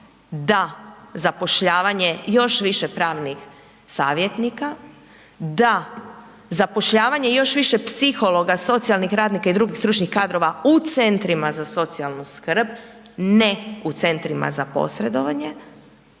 da, zapošljavanje još više pravnih savjetnika, da, zapošljavanje još više psihologa, socijalnih radnika i drugih stručnih kadrova u CZSS-ima, ne u centrima za posredovanje